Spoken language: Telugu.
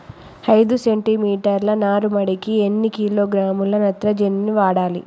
ఐదు సెంటిమీటర్ల నారుమడికి ఎన్ని కిలోగ్రాముల నత్రజని వాడాలి?